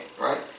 right